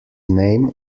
name